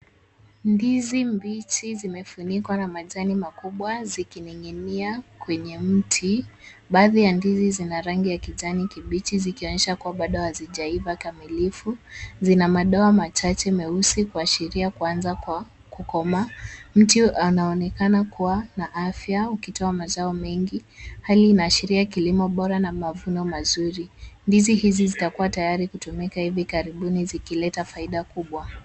Ndizi mbichi zimefunikwa na majani makubwa, zikining'inia kwenye mti. Baadhi ya ndizi zina rangi ya kijani kibichi, zikionyesha kuwa bado hazijaiba kamilifu. Zina madoa machache meusi kuashiria kuanza kwa kukoma. Mti unaonekana kuwa na afya, ukitoa mazao mengi. Hali inaashiria kilimo bora na mavuno mazuri. Ndizi hizi zitakuwa tayari kutumika hivi karibuni, zikileta faida kubwa.